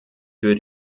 für